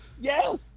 Yes